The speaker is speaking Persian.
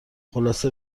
خلاصه